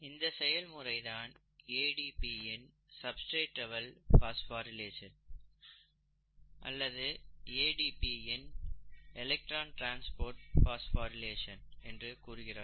இந்த செயல்முறையை தான் ADP இன் சப்ஸ்டிரேட் லெவல் பாஸ்போரிலேஷன் அல்லது ADP இன் எலக்ட்ரான் ட்ரான்ஸ்போர்ட் பாஸ்போரிலேஷன் என்று கூறுகிறார்கள்